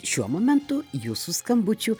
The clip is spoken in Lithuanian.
šiuo momentu jūsų skambučių